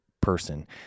person